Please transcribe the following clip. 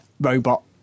robot